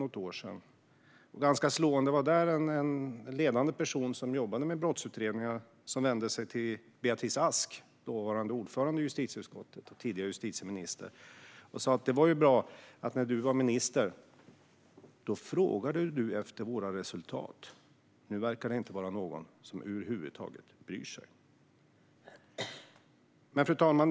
Ganska slående var att en ledande person, som jobbade med brottsutredningar, vände sig till Beatrice Ask, dåvarande ordförande i justitieutskottet och tidigare justitieminister, och sa: Det var bra att när du var minister frågade du efter våra resultat. Nu verkar det inte vara någon som över huvud taget bryr sig. Fru talman!